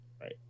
Right